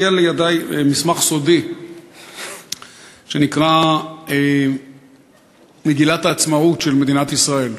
הגיע לידי מסמך סודי שנקרא "מגילת העצמאות של מדינת ישראל".